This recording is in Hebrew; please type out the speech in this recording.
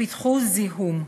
שפיתחו זיהום.